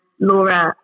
Laura